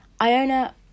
iona